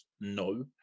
No